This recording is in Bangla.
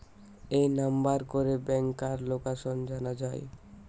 এই নাম্বার করে ব্যাংকার লোকাসান জানা যায়